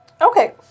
Okay